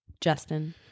Justin